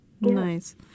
Nice